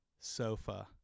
sofa